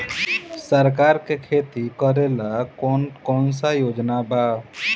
सरकार के खेती करेला कौन कौनसा योजना बा?